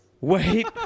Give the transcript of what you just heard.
wait